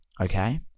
okay